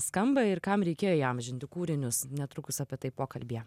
skamba ir kam reikėjo įamžinti kūrinius netrukus apie tai pokalbyje